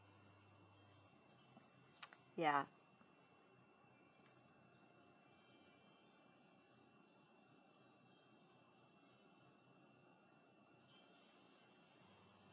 ya